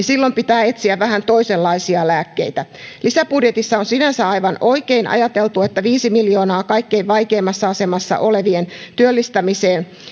silloin pitää etsiä vähän toisenlaisia lääkkeitä lisäbudjetissa on sinänsä aivan oikein ajateltu että viisi miljoonaa kaikkein vaikeimmassa asemassa olevien työllistämiseen